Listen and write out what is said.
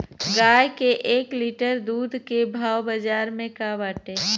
गाय के एक लीटर दूध के भाव बाजार में का बाटे?